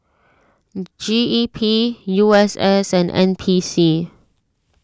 G E P U S S and N P C